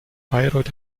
bayreuth